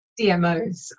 DMOs